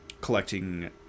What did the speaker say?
collecting